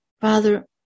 Father